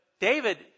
David